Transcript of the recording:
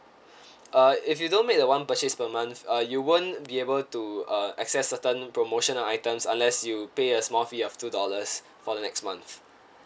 uh if you don't make the one purchase per month uh you won't be able to uh access certain promotional items unless you pay a small fee of two dollars for the next month